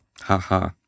Haha